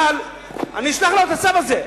אבל אני אשלח לו את הצו הזה.